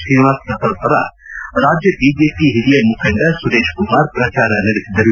ಶ್ರೀನಿವಾಸ ಪ್ರಸಾದ್ ಪರ ರಾಜ್ಯ ಬಿಜೆಪಿ ಹಿರಿಯ ಮುಖಂಡ ಸುರೇಶ್ ಕುಮಾರ್ ಪ್ರಚಾರ ನಡೆಸಿದರು